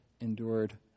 endured